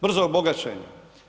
Brzog bogaćenja.